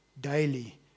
daily